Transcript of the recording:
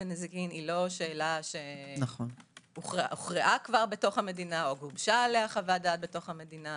היא לא הוכרעה כבר בתוך המדינה או הוגשה עליה חוות דעת בתוך המדינה